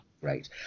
great